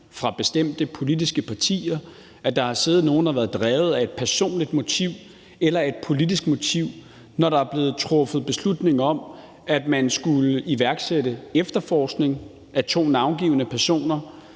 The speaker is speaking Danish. fra bestemte politiske partier, om der har siddet nogen, der har været drevet af et personligt motiv eller et politisk motiv, når der er blevet truffet beslutning om, at man skulle iværksætte efterforskning af to navngivne personer